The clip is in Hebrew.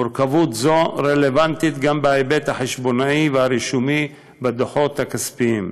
מורכבות זו רלוונטית גם בהיבט החשבונאי והרישומי בדוחות הכספיים.